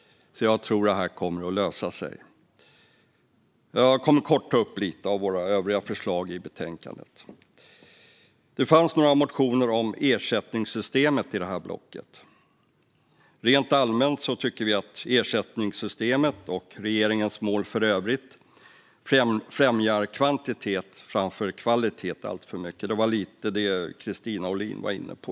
Jag tror att det här kommer att lösa sig. Jag kommer kort att ta upp några av våra övriga förslag i betänkandet. Det fanns några motioner om ersättningssystemet i det här blocket. Rent allmänt tycker vi att ersättningssystemet, och regeringens mål för övrigt, främjar kvantitet framför kvalitet alltför mycket. Det var lite det som Kristina Axén Olin var inne på.